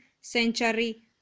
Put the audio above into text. century